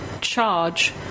charge